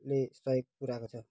ले सहयोग पुरा गर्छ